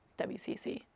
WCC